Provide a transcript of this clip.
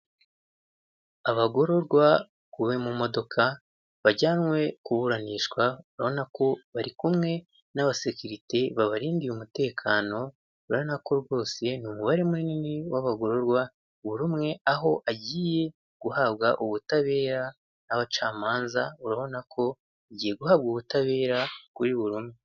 Abagororwa bakuwe mu modoka bajyanwe kuburanishwa runa ko bari kumwe n'abasekiririte babarindiye umutekano, urabona ko rwose ni umubare munini w'abagororwa buri umwe aho agiye guhabwa ubutabera n'abacamanza, urabona ko agiye guhabwa ubutabera kuri burundu.